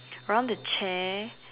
around the chair